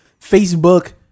Facebook